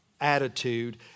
attitude